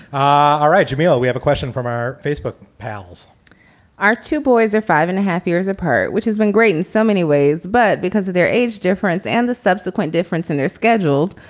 ah all right, jamelia, we have a question from our facebook pals our two boys are five and a half years apart, which has been great and so many ways. but because of their age difference and the subsequent difference in their schedules,